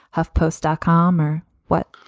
have post dot com or what?